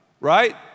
Right